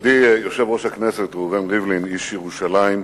מכובדי יושב-ראש הכנסת ראובן ריבלין, איש ירושלים,